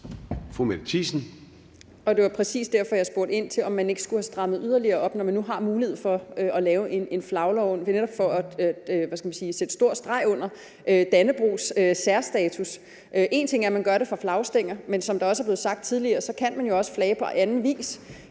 Fru Mette Thiesen.